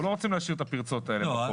אנחנו לא רוצים להשאיר את הפרצות האלו בחוק.